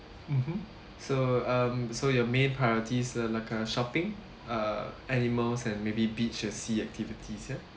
mmhmm so um so your main priorities uh like uh shopping uh animals and maybe beach or sea activities ya